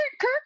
Kirk